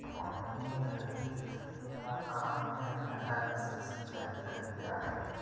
पानी रहित इलाका में नहर से सिंचाई कईल जा हइ